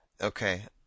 Okay